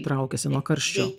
traukiasi nuo karščio